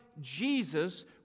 Jesus